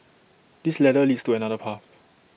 this ladder leads to another path